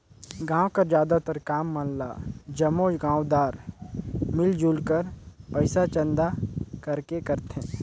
गाँव कर जादातर काम मन ल जम्मो गाँवदार मिलजुल कर पइसा चंदा करके करथे